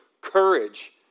courage